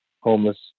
homeless